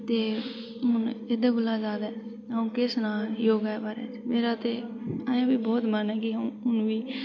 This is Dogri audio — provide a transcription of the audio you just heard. ते हून एह्दे कोला जादै अ'ऊं केह् सनांऽ योगा दे बारे च मेरा ते अजें बी बहोत मन ऐ की अ'ऊं अजें बी